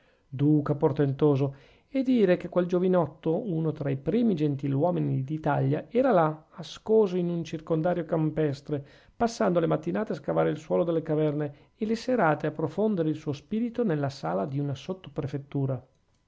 duca portentoso e dire che quel giovinotto uno tra i primi gentiluomini d'italia era là ascoso in un circondario campestre passando le mattinate a scavare il suolo delle caverne e le serate a profondere il suo spirito nella sala di una